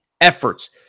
efforts